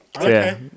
okay